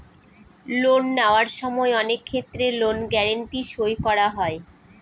loan নেওয়ার সময় অনেক ক্ষেত্রে লোন গ্যারান্টি সই করা হয়